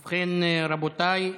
ובכן, רבותיי,